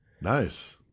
nice